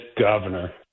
governor